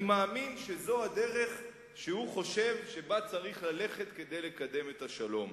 אני מאמין שזו הדרך שהוא חושב שבה צריך ללכת כדי לקדם את השלום.